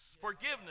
Forgiveness